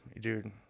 dude